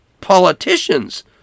Politicians